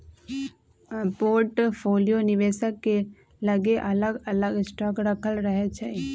portfolio निवेशक के लगे अलग अलग स्टॉक राखल रहै छइ